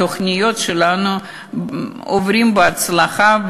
התוכניות שלנו עוברות בהצלחה,